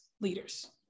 leaders